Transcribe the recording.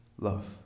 love